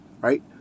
right